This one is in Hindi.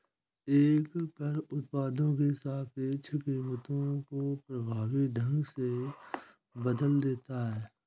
एक कर उत्पादों की सापेक्ष कीमतों को प्रभावी ढंग से बदल देता है